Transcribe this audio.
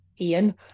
Ian